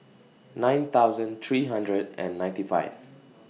nine thousand three hundred and ninety five